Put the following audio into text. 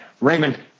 Raymond